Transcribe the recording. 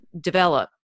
develop